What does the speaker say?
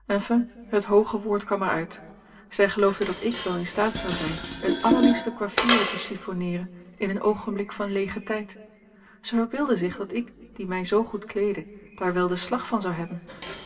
het hooge woord kwam er uit zij geloofde dat ik wel in staat zou zijn een allerliefste coiffure te chiffonneeren in een oogenblik van leegen tijd zij verbeeldde zich dat ik die mij zoo goed kleedde daar wel den slag van zou hebben